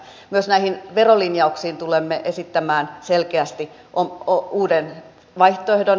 myös näihin verolinjauksiin tulemme esittämään selkeästi uuden vaihtoehdon